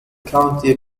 county